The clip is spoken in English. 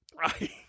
Right